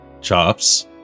chops